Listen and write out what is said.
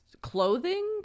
clothing